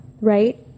right